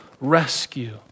rescue